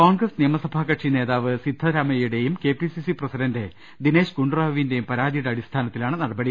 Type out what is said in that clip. കോൺഗ്രസ് നിയമസഭാ കക്ഷി നേതാവ് സിദ്ധരാമയ്യയുടെയും കെപിസിസി പ്രസിഡന്റ് ദിനേശ് ഗുണ്ടുറാവുവിന്റേയും പരാതിയുടെ അടിസ്ഥാനത്തിലാണ് നടപടി